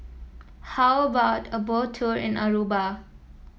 how about a Boat Tour in Aruba